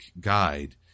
guide